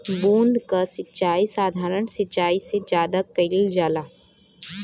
बूंद क सिचाई साधारण सिचाई से ज्यादा कईल जाला